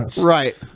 Right